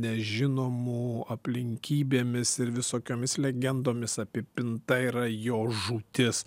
nežinomų aplinkybėmis ir visokiomis legendomis apipinta yra jo žūtis